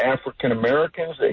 African-Americans